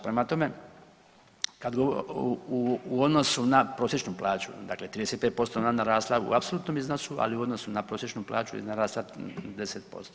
Prema tome, u odnosu na prosječnu plaću, dakle 35% je ona narasla u apsolutnom iznosu, ali u odnosu na prosječnu plaću je narasla 10%